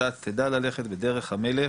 אתה תדע ללכת בדרך המלך,